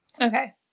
Okay